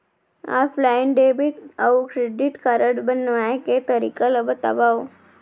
Offline debit अऊ credit card बनवाए के तरीका ल बतावव?